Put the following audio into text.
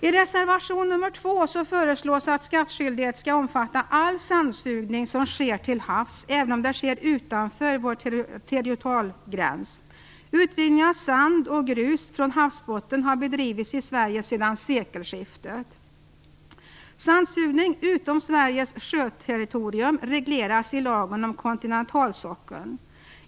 I reservation nr 2 föreslås att skattskyldighet skall omfatta all sandsugning som sker till havs, även om det sker utanför territorialgränsen. Utvinning av sand och grus från havsbotten har bedrivits i Sverige sedan sekelskiftet. Sandsugning utanför Sveriges sjöterritorium regleras i lagen om kontinentalsockeln.